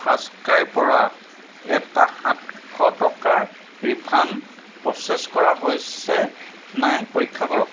ফাৰ্ষ্টক্ৰাইৰ পৰা এটা সাতশ টকাৰ ৰিফাণ্ড প্ৰ'চেছ কৰা হৈছে নাই পৰীক্ষা কৰক